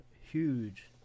huge